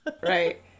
Right